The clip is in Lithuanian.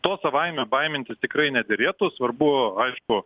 to savaime baimintis tikrai nederėtų svarbu aišku